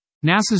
NASA's